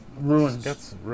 Ruins